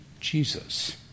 Jesus